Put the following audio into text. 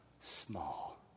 small